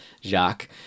jacques